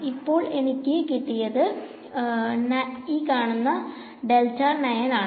ഇപ്പോൾ എനിക്ക് കിട്ടിയത് ആണ്